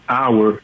hour